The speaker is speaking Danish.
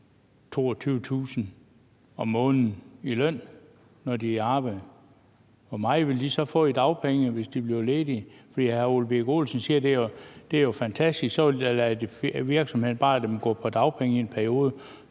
22.000 kr. om måneden i løn, når de er i arbejde. Hvor meget ville de så få i dagpenge, hvis de blev ledige? Hr. Ole Birk Olesen siger, at det jo er fantastisk, for så ville virksomhederne bare lade dem gå på dagpenge i en periode,